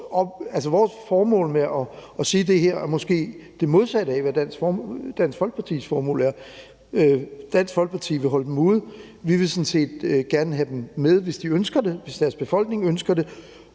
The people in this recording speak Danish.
vores formål med at sige det her er måske det modsatte af, hvad Dansk Folkepartis formål er. Dansk Folkeparti vil holde dem ude, og vi vil sådan set gerne have dem med, hvis de ønsker det, hvis deres befolkning ønsker det,